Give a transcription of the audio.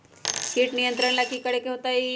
किट नियंत्रण ला कि करे के होतइ?